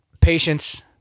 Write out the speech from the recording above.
Patience